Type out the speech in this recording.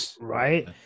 right